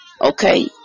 Okay